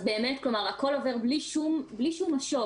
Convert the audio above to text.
הכול עובר בלי שום משוב.